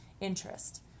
interest